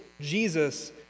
Jesus